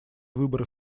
выборы